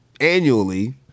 annually